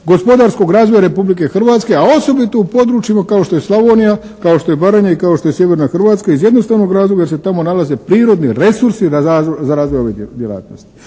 gospodarskog razvoja Republike Hrvatske, a osobito u područjima kao što je Slavonija, kao što je Baranja i kao što je sjeverna Hrvatska iz jednostavnog razloga jer se tamo nalaze prirodni resursi za razvoj ove djelatnosti.